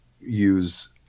use